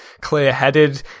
clear-headed